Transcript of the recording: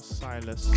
silas